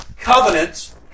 Covenants